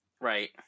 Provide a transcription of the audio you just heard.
Right